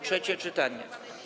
Trzecie czytanie.